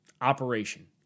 Operation